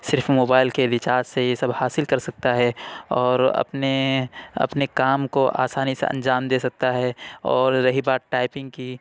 صرف موبائل کے ریچارج سے یہ سب حاصل کر سکتا ہے اور اپنے اپنے کام کو آسانی سے انجام دے سکتا ہے اور رہی بات ٹائپنگ کی تو